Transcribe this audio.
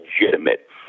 legitimate